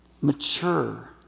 mature